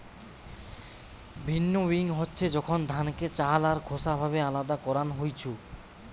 ভিন্নউইং হচ্ছে যখন ধানকে চাল আর খোসা ভাবে আলদা করান হইছু